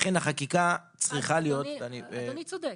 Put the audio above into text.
לכן החקיקה צריכה להיות --- אדוני צודק.